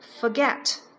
forget